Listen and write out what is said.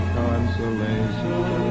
consolation